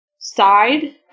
side